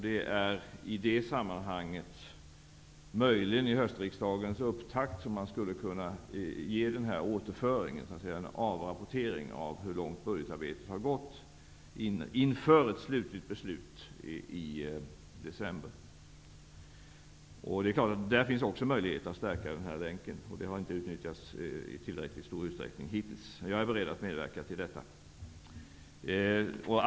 Det är i det sammanhanget, möjligen i höstriksdagens upptakt, som man skulle kunna ge den önskvärda återföringen, en avrapportering av hur långt budgetarbetet har gått, inför ett slutligt beslut i december. Det är klart att där finns också möjlighet att stärka länken. Den möjligheten har inte utnyttjats i tillräckligt stor utsträckning hittills, men jag är beredd att medverka till en sådan förstärkning.